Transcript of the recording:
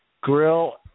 Grill